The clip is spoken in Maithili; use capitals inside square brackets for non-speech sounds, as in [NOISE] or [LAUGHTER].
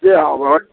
[UNINTELLIGIBLE]